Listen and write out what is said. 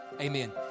amen